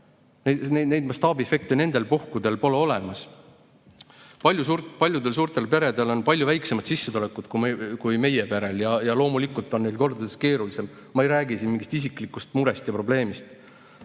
Mastaabiefekti nendel puhkudel pole olemas. Paljudel suurtel peredel on palju väiksemad sissetulekud kui meie perel ja loomulikult on neil kordades keerulisem. Ma ei räägi siin mingist isiklikust murest ja probleemist.